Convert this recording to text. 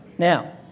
Now